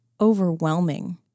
overwhelming